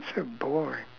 so boring